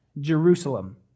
Jerusalem